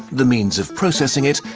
the means of processing it,